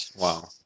Wow